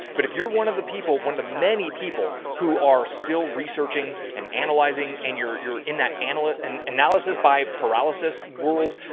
but if you're one of the people, one of the many people who are still researching and analyzing, and you're, you're in that analytic and analysis by paralysis world,